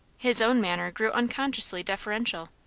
his own manner grew unconsciously deferential.